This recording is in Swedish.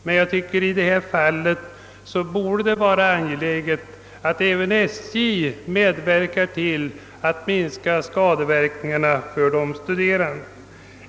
Men i detta fall borde det vara angeläget att även SJ medverkar till att minska skadeverkningarna för de studerande.